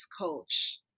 coach